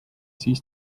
siis